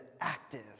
active